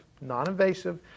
non-invasive